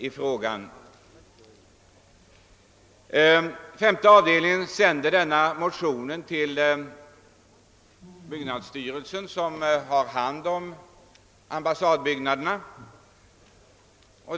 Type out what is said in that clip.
Statsutskottets femte avdelning remitterade denna motion till byggnadsstyrelsen, som har hand om förvaltningen av ambassadbyggnaderna.